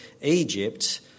Egypt